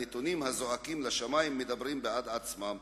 הנתונים הזועקים לשמים מדברים בעד עצמם,